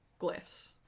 glyphs